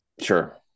Sure